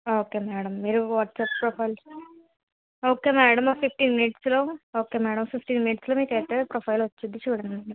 okay madam మీరు WhatsApp profile okay madam ఓ fifteen మినిట్స్లో ఓకే మేడం ఫిఫ్టీన్ మినిట్స్లో మీకు అయితే ప్రొఫైల్ వచ్చుద్ది చూడండి మేడం